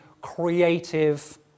creative